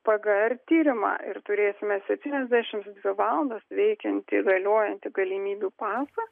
pgr tyrimą ir turėsime septyniasdešimt dvi valandas veikiantį galiojantį galimybių pasą